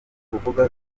kuvuga